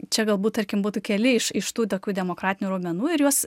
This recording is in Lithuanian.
čia galbūt tarkim būtų keli iš iš tų tokių demokratinių raumenų ir juos